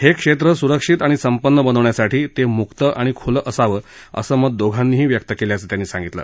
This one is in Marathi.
हे क्षेत्र स्रक्षित आणि संपन्न बनवण्यासाठी ते म्क्त आणि ख्लं असावं असं मत दोघांनीही व्यक्त केल्याचं त्यांनी सांगितलं